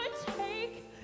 take